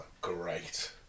Great